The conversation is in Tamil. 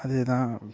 அதே தான்